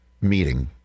meeting